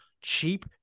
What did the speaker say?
cheap